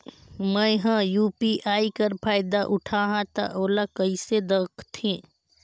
मैं ह यू.पी.आई कर फायदा उठाहा ता ओला कइसे दखथे?